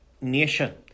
nation